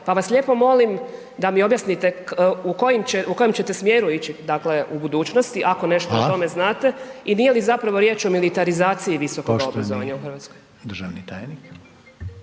pa vas lijepo molim da mi objasnite u kojim će, u kojem ćete smjeru ići, dakle u budućnosti ako nešto o tome znate? I nije li zapravo riječ o militarizaciji visokoga obrazovanja u RH?